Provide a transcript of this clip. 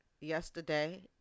yesterday